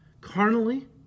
carnally